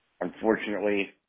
Unfortunately